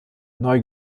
neu